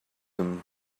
him